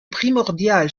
primordial